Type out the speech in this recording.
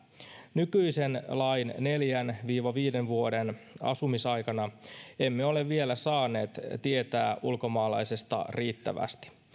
nykyisen lain neljän viiden vuoden asumisaikana emme ole vielä saaneet tietää ulkomaalaisesta riittävästi